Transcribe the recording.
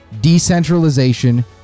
decentralization